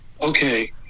okay